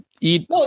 eat